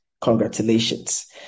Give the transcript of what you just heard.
Congratulations